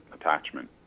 attachment